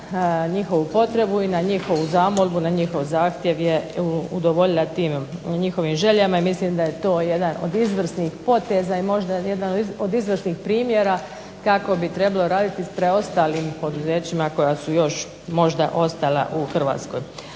njihovu potrebu i na njihovu zamolbu, na njihov zahtjev je udovoljila tim, njihovim željama i mislim da je to jedan od izvrsnih poteza i možda jedan od izvrsnih primjera kako bi trebalo raditi s preostalim poduzećima koja su još možda ostala u Hrvatskoj.